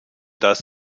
das